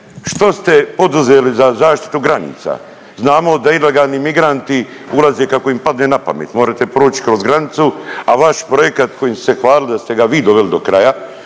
Što ste poduzeli za zaštitu granica? Znamo da ilegalni migranti ulaze kako im padne na pamet, morete proć kroz granicu, a vaš projekata kojim ste se hvalili da ste ga vi doveli do kraja,